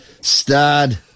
stud